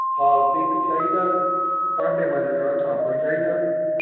Harpic चाहिदा हा भांडे मांझने आह्ला साबन चाहिदा